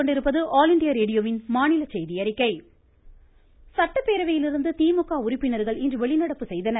வெளிநடப்பு சட்டப்பேரவையிலிருந்து திமுக உறுப்பினர்கள் இன்று வெளிநடப்பு செய்தனர்